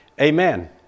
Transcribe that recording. Amen